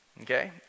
okay